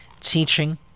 ...teaching